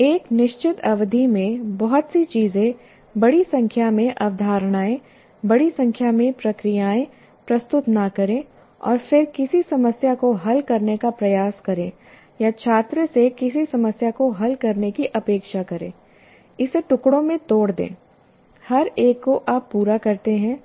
एक निश्चित अवधि में बहुत सी चीजें बड़ी संख्या में अवधारणाएं बड़ी संख्या में प्रक्रियाएं प्रस्तुत न करें और फिर किसी समस्या को हल करने का प्रयास करें या छात्र से किसी समस्या को हल करने की अपेक्षा करें इसे टुकड़ों में तोड़ दें हर एक को आप पूरा करते हैं